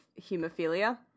hemophilia